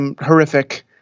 horrific